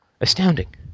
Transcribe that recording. Astounding